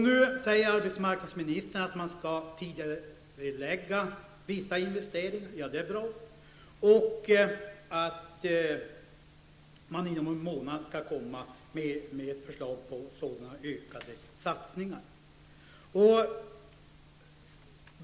Nu säger arbetsmarknadsministern att man skall tidigarelägga vissa investeringar -- det är bra -- och att man inom en månad skall lägga fram förslag om sådana ökade satsningar.